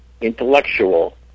intellectual